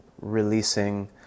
releasing